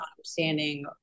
understanding